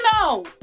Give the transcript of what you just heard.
no